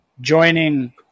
joining